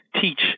teach